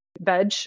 veg